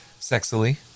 Sexily